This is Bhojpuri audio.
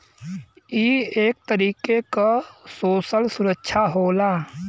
ई एक तरीके क सोसल सुरक्षा होला